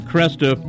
Cresta